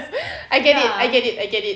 I get it I get it I get it